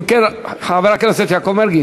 אם כן, חבר הכנסת יעקב מרגי.